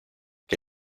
que